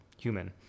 human